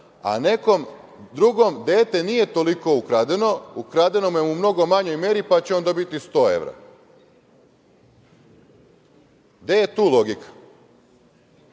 a nekom drugom dete nije toliko ukradeno, ukradeno mu je u mnogo manjoj meri pa će on dobiti 100 evra? Gde je tu logika,